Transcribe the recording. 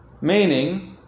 Meaning